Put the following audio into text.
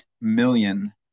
million